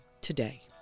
today